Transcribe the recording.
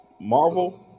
Marvel